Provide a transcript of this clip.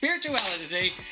spirituality